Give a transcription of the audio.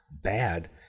bad